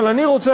אבל אני רוצה,